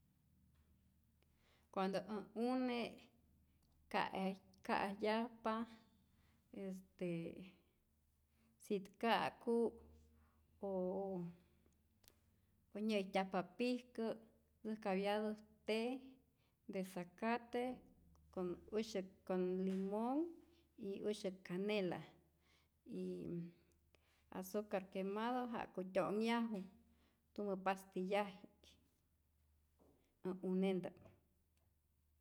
Cuando ä une ka'e ka'eyajpa, este sit ka'ku o nyä'ijtyajpa pijkä ntzäjkapyatä te de zacate con usyäk con limon y usyak canela y azucar quemado ja'ku tyo'nhyaju tumä pastiyaji'k ä unenta'p.